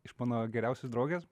iš mano geriausios draugės